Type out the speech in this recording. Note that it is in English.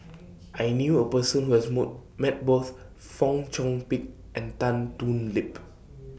I knew A Person Who has mood Met Both Fong Chong Pik and Tan Thoon Lip